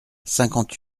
cinquante